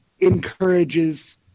encourages